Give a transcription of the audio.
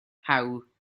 how